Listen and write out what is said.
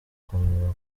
gukomera